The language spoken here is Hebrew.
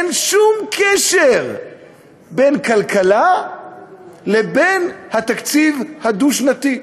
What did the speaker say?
אין שום קשר בין כלכלה לבין התקציב הדו-שנתי.